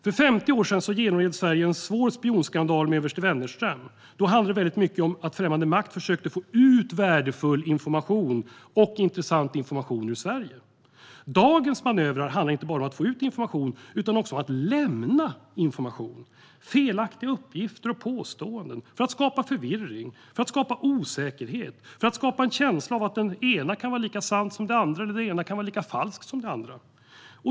För 50 år sedan genomled Sverige en svår spionskandal med överste Wennerström. Då handlade mycket om att främmande makt försökte få ut värdefull och intressant information ur Sverige. Dagens manövrar handlar inte bara om att få ut information utan också om att lämna information, felaktiga uppgifter och påståenden för att skapa förvirring, osäkerhet och en känsla av att det ena kan vara lika sant som det andra, eller att det ena kan vara lika falskt som det andra.